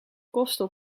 kosten